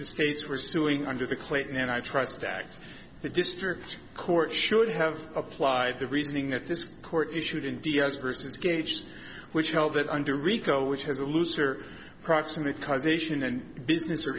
the states were suing under the clayton and i trust act the district court should have applied the reasoning that this court issued in d s versus cage which held that under rico which has a looser proximate causation and business or